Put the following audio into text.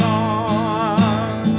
on